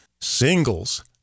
singles